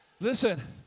Listen